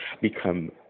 become